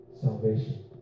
salvation